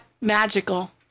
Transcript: magical